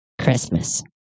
Christmas